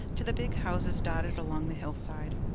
to the big houses dotted along the hillside.